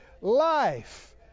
life